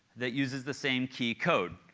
that uses the same key code.